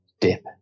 dip